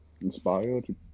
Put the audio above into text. inspired